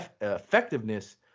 effectiveness